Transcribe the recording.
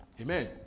Amen